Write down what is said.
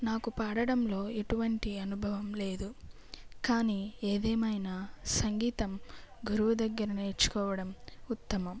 నాకు పాడడంలో ఎటువంటి అనుభవం లేదు కానీ ఏదేమైనా సంగీతం గురువు దగ్గర నేర్చుకోవడం ఉత్తమం